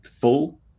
full